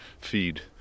feed